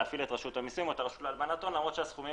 להפעיל את רשות המסים או את הרשות להלבנת הון למרות שהסכומים